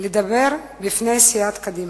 לדבר בפני סיעת קדימה.